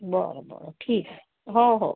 बरं बरं ठीक आहे हो हो